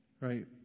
Right